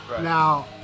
now